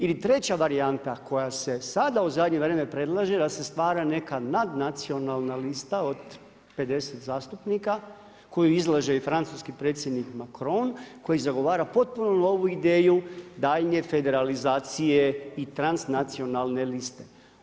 Ili treća varijanta koja se sad u zadnje vrijeme predlaže da se stvara neka nadnacionalna lista od 50 zastupnika, koju izlaže i Francuski predsjednik Macrone, koji zagovara potpunu novu ideju daljnje federalizacije i transnacionalne liste.